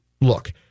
look